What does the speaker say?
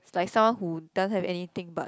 he's like someone who doesn't have anything but